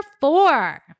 four